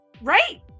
right